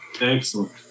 Excellent